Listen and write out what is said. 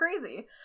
crazy